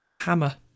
Hammer